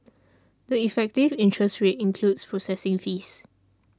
the effective interest rate includes processing fees